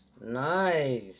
Nice